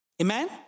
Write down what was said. Amen